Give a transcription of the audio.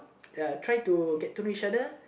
ya try to get to know each another